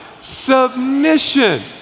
submission